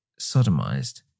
sodomized